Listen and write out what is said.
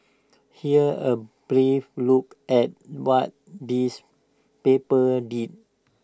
here's A brief look at what these papers did